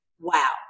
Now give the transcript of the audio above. wow